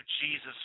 Jesus